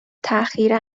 تاخیر